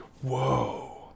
whoa